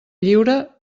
lliure